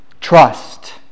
trust